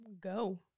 go